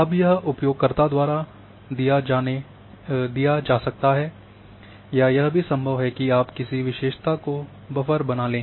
अब यह उपयोगकर्ता द्वारा दिया जा सकता है या यह भी संभव है कि आप किसी विशेषता को बफर बना लें